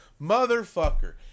Motherfucker